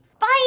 Bye